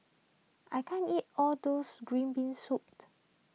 I can't eat all those Green Bean Soup